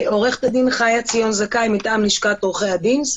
עורכת הדין חיה ציון זכאי מטעם לשכת עורכי הדין,